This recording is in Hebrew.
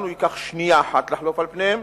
לנו ייקח שנייה אחת לחלוף על פניהן,